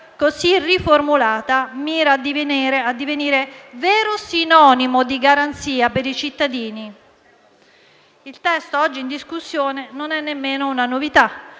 così riformulata, mira a divenire vero sinonimo di garanzia per i cittadini. Il testo oggi in discussione non è nemmeno una novità.